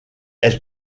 elle